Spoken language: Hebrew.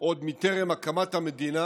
עוד טרם הקמת המדינה,